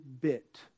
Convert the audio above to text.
bit